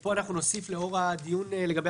ופה אנחנו נוסיף לאור הדיון לגבי